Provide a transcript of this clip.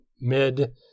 mid